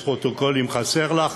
יש פרוטוקולים, חסר לך?